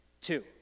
Two